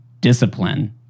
discipline